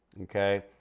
okay?